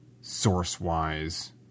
source-wise